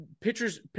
pitchers